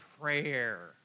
prayer